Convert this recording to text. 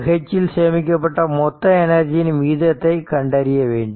2 H இல் சேமிக்கப்பட்ட மொத்த எனர்ஜியின் விகிதத்தை கண்டறிய வேண்டும்